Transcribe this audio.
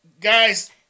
Guys